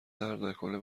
دردنکنه